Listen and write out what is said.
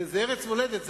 זה ארץ מולדת,